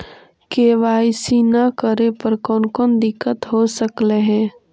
KYC न करे पर कौन कौन दिक्कत हो सकले हे?